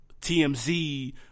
TMZ